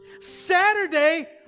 Saturday